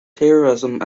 terrorism